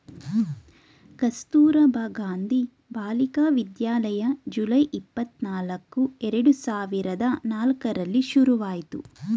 Kasturba Gandhi Balika Vidyalaya July, ಇಪ್ಪತನಲ್ಕ್ರ ಎರಡು ಸಾವಿರದ ನಾಲ್ಕರಲ್ಲಿ ಶುರುವಾಯ್ತು